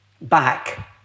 back